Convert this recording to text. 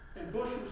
and bush who was